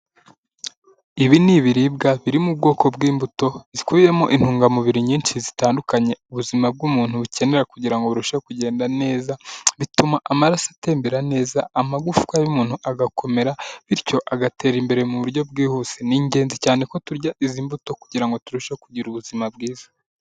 Ibi ni iribwa biri mu bwoko bw'imbuto zikubiyemo intungamubiri nyinshi zitandukanye ubuzima bw'umuntu bukenewe kugira ngo burusheho kugenda neza, bituma amaraso atembera neza amagufwa y'umuntu agakomera bityo agatera imbere mu buryo bwihuse, ni ingenzi cyane ko turya izi mbuto kugira ngo turusheho kugira ubuzima bwiza.